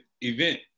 event